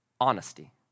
honesty